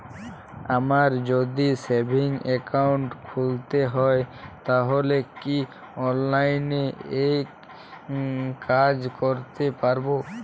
আমায় যদি savings account খুলতে হয় তাহলে কি অনলাইনে এই কাজ করতে পারবো?